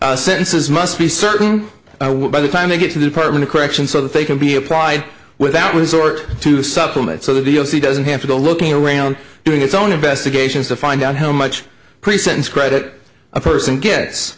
function sentences must be certain by the time they get to the department of correction so that they can be applied without resort to supplement so that deal c doesn't have to go looking around doing its own investigations to find out how much pre sentence credit a person gets